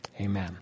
Amen